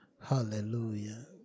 Hallelujah